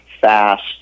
fast